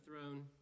throne